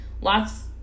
Lots